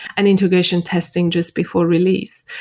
and integration testing just before release.